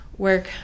work